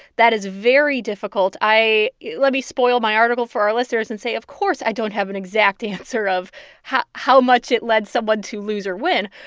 that is very difficult. i let me spoil my article for our listeners and say, of course, i don't have an exact answer of how how much it led someone to lose or win.